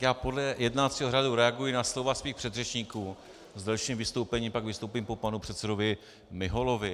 Já podle jednacího řádu reaguji na slova svých předřečníků, s delším vystoupením pak vystoupím po panu předsedovi Miholovi.